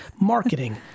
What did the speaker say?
marketing